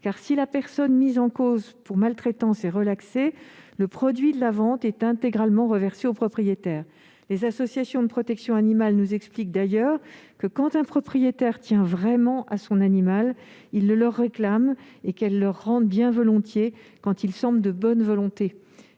car, si le propriétaire mis en cause pour maltraitance est relaxé, le produit de la vente lui est intégralement reversé. Les associations de protection animale nous expliquent d'ailleurs que, quand un propriétaire tient réellement à son animal, il le leur réclame et qu'elles le leur rendent bien volontiers quand il semble être de bonne volonté.